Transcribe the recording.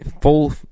full